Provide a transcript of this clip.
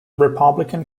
republican